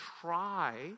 try